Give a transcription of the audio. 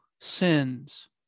sins